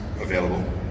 available